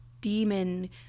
demon